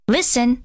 Listen